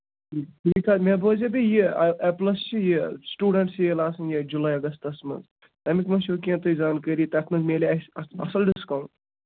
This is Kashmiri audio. مےٚ حظ بوٗزیو بیٚیہِ یہِ اٮ۪پلَس چھِ یہِ سٕٹوٗڈنٛٹ سیل آسان یہِ جُلَے اَگَستَس منٛز تَمیُک مہ چھُو کیٚنٛہہ تُہۍ زانکٲری تَتھ منٛز میلہِ اَسہِ اَس اَصٕل ڈِسکاوُنٛٹ